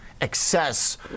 excess